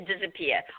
disappear